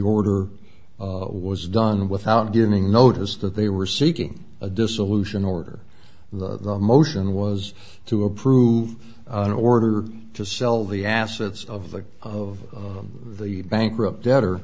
order was done without giving notice that they were seeking a dissolution order the motion was to approve an order to sell the assets of the of the bankrupt debtor